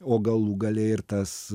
o galų gale ir tas